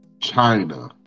China